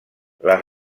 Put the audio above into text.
les